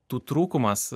tų trūkumas